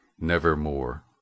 nevermore